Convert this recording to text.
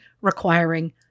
requiring